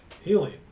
Healing